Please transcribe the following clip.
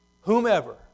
whomever